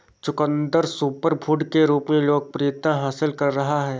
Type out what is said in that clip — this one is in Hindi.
चुकंदर सुपरफूड के रूप में लोकप्रियता हासिल कर रहा है